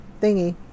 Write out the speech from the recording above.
thingy